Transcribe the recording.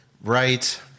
right